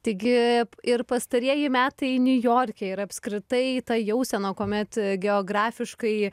taigi ir pastarieji metai niujorke ir apskritai ta jausena kuomet geografiškai